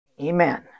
Amen